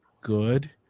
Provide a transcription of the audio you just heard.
good